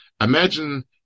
Imagine